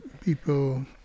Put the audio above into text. people